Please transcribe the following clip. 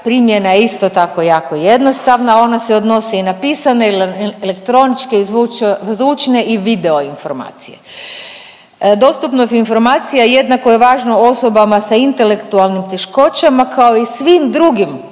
primjena je isto tako jako jednostavna, a ona se odnosi i na pisane ili elektroničke, zvučne i video informacije. Dostupnost informacija jednako je važno osobama sa intelektualnim teškoćama, kao i svim drugim